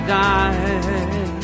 die